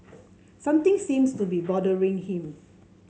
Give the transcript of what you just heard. something seems to be bothering him